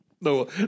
No